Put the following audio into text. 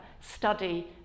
Study